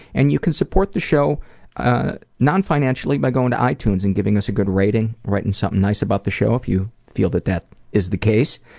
and you can support the show ah non-financially by going to itunes and giving us a good rating, writing something nice about the show if you feel that that is the case.